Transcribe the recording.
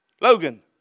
Logan